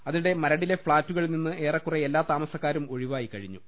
അതിനിടെ മരടിലെ ഫ്ളാറ്റുകളിൽ നിന്ന് ഏറെക്കുറെ എല്ലാ താമസക്കാരും ഒഴിവായി കഴിഞ്ഞു